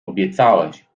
obiecałeś